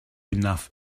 enough